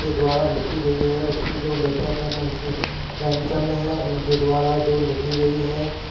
के द्वारा लिखी गई है उस के जो लेखक हैं मुंशी प्रेमचंद हैं उन के द्वारा जो लिखी गई है